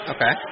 Okay